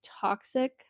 toxic